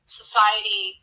society